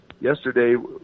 Yesterday